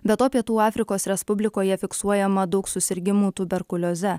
be to pietų afrikos respublikoje fiksuojama daug susirgimų tuberkulioze